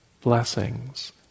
Blessings